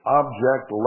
object